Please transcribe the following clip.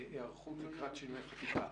היערכות לקראת שינוי חקיקה.